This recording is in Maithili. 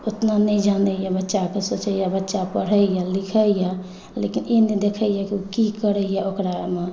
ओतना नहि जानैए बच्चा पढ़ैए लिखैए लेकिन ई नहि देखैए ओ की करैए ओकरामे